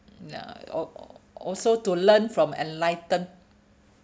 ya a~ also to learn from enlightened